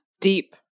deep